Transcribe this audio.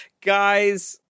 Guys